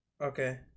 Okay